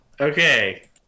Okay